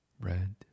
Red